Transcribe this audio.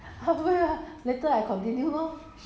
ya halfway then you tell me say this one important